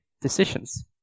decisions